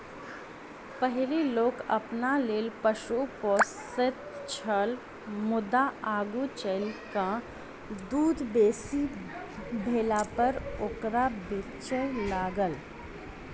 पहिनै लोक अपना लेल पशु पोसैत छल मुदा आगू चलि क दूध बेसी भेलापर ओकरा बेचय लागल